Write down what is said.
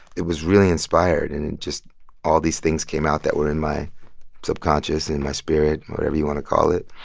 it was really inspired, and it just all these things came out that were in my subconscious, in my spirit, whatever you want to call it.